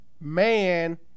Man